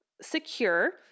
secure